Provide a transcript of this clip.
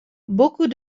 beaucoup